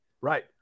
Right